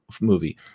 movie